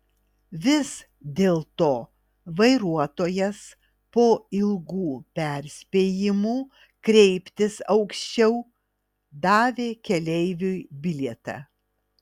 vis dėlto vairuotojas po ilgų perspėjimų kreiptis aukščiau davė keleiviui bilietą